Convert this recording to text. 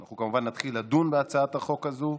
אנחנו כמובן נתחיל לדון בהצעת החוק הזאת,